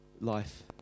life